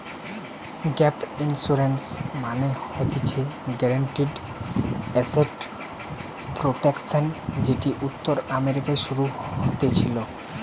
gap insurance মানে হতিছে guaranteed asset protection যেটি উত্তর আমেরিকায় শুরু হতেছিলো